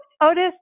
Otis